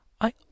I